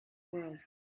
world